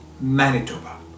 Manitoba